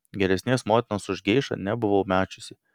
geresnės motinos už geišą nebuvau mačiusi